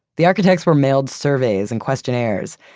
the architects were mailed surveys and questionnaires,